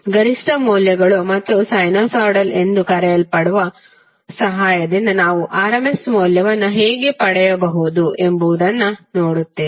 ಗರಿಷ್ಠ ಮೌಲ್ಯಗಳು ಮತ್ತು ಸೈನುಸೈಡಲ್ ಎಂದು ಕರೆಯಲ್ಪಡುವ ಸಹಾಯದಿಂದ ನಾವು RMS ಮೌಲ್ಯವನ್ನು ಹೇಗೆ ಪಡೆಯಬಹುದು ಎಂಬುದನ್ನು ನೋಡುತ್ತೇವೆ